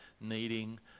needing